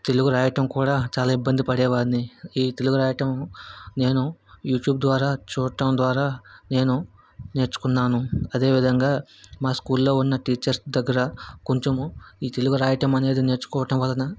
తెలుగు రాయటం కూడా చాలా ఇబ్బంది పడేవాడిని ఈ తెలుగు రాయటం నేను యూట్యూబ్ ద్వారా చూడడం ద్వారా నేను నేర్చుకున్నాను అదే విధంగా మా స్కూల్లో ఉన్న టీచర్స్ దగ్గర కొంచము ఈ తెలుగు రాయటం అనేది నేర్చుకోవటం వలన